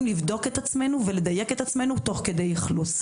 לבדוק את עצמנו ולדייק את עצמנו תוך כדי אכלוס.